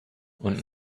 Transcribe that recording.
und